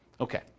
Okay